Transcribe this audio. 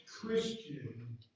Christian